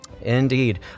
Indeed